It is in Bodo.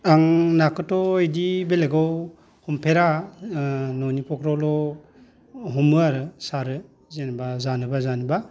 आं नाखौथ' बिदि बेलेगाव हमफेरा न'नि फख्रियावल' हमो आरो सारो जेनेबा जानोबा जानोबा